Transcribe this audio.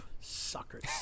suckers